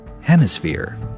Hemisphere